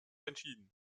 entschieden